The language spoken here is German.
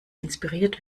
inspiriert